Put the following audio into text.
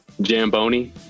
Jamboni